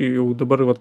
jau dabar vat